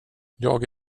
jag